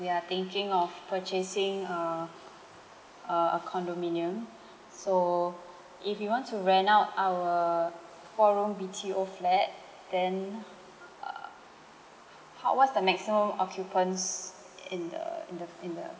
we are thinking of purchasing a a a condominium so if we want to rent out our four room B_T_O flat then err how what's the maximum occupants in the in the in the